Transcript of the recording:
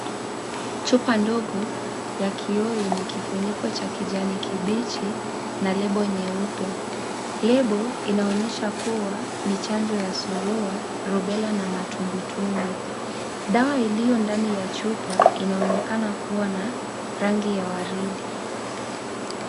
Chupa ndogo ya kioo yenye kifuniko cha kijani kibichi na Lebo nyeupe. Lebo inaonyesha kuwa ni chanjo ya surua, rubella na matumbwitumbwi . Dawa iliyo ndani ya chupa inaonekana kuwa na rangi ya waridi.